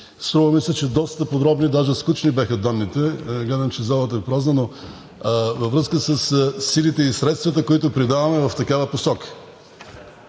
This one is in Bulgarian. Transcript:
Струва ми се, че доста подробни, даже скучни бяха данните – гледам, че залата е празна. Във връзка със силите и средствата, които придаваме в такава посока